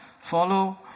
Follow